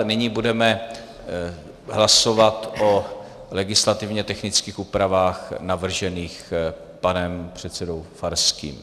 Nyní budeme hlasovat o legislativně technických úpravách navržených panem předsedou Farským.